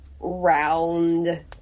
round